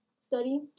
study